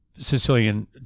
Sicilian